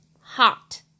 Hot